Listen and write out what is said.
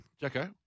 Jacko